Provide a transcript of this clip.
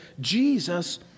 Jesus